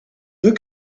look